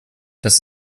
das